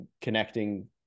connecting